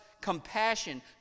compassion